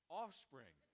offspring